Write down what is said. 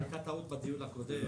היתה טעות בדיון הקודם,